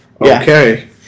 okay